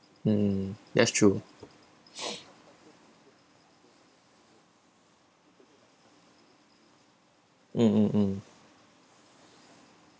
mm that's true mm mm mm